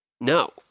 No